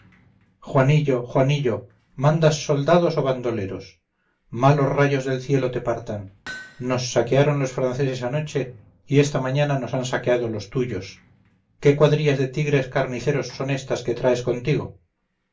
juanillo juanillo mandas soldados o bandoleros malos rayos del cielo te partan nos saquearon los franceses anoche y esta mañana nos han saqueado los tuyos qué cuadrillas de tigres carniceros son estas que traes contigo